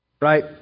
Right